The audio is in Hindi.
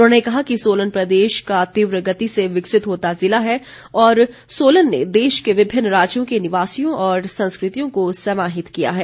उन्होंने कहा कि सोलन प्रदेश का तीव्र गति से विकसित होता ज़िला है और सोलन ने देश के विभिन्न राज्यों के निवासियों और संस्कृतियों को समाहित किया है